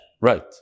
Right